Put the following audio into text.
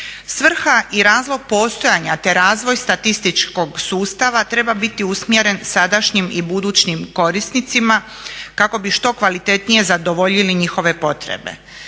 Svrha i razlog postojanja te razvoj statističkog sustava treba biti usmjeren sadašnjim i budućim korisnicima kako bi što kvalitetnije zadovoljili njihove potrebe.